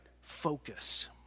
focus